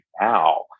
now